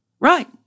Right